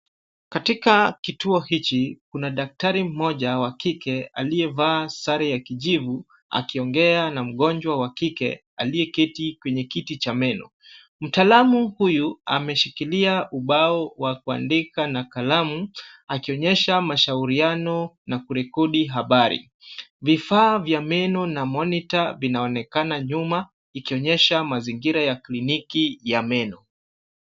Katika kituo hichi kuna daktari mmoja wa kike aliyevaa sare ya kijivu akiongea na mgonjwa wa kike aliyeketi kwenye kiti cha meno. Mtaalamu huyu ameshikilia ubao wa kuandika na kalamu, akionyesha mashauriano na kurekodi habari. Vifaa vya meno na monitor vinaonekana nyuma ikionyesha mazingira ya kliniki ya meno.